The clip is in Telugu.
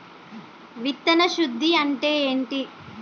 విత్తన శుద్ధి అంటే ఏంటి?